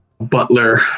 butler